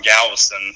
Galveston